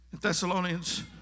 Thessalonians